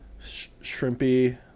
shrimpy